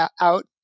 out